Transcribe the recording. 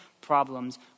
problems